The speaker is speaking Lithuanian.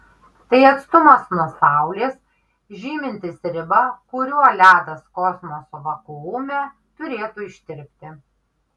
tai atstumas nuo saulės žymintis ribą kuriuo ledas kosmoso vakuume turėtų ištirpti